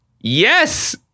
yes